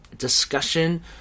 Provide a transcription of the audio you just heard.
discussion